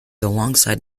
alongside